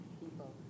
people